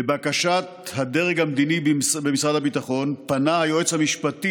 לבקשת הדרג המדיני במשרד הביטחון פנה היועץ המשפטי